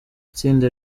itsinda